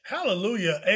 Hallelujah